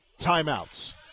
timeouts